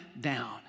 down